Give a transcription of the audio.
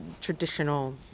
traditional